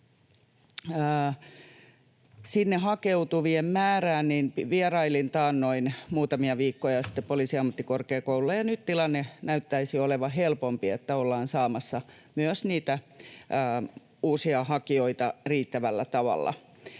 hakeutuvien määrään, niin vierailin taannoin, muutamia viikkoja sitten, Poliisiammattikorkeakoululla, ja nyt tilanne näyttäisi olevan helpompi, että ollaan saamassa myös niitä uusia hakijoita riittävällä tavalla.